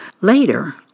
Later